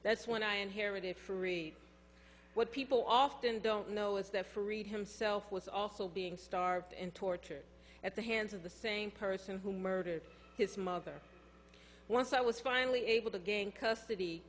that's when i inherited free what people often don't know is that freed himself was also being starved and tortured at the hands of the same person who murdered his mother once i was finally able to gain custody